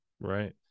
Right